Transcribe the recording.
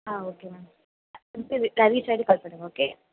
ஆ okay ma'am நான் reach ஆகிட்டு call பண்ணுறேன் மேம் ஓகே